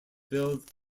built